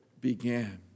began